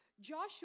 Joshua